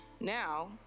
now